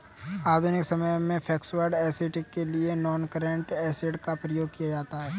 आधुनिक समय में फिक्स्ड ऐसेट के लिए नॉनकरेंट एसिड का प्रयोग किया जाता है